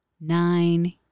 Nine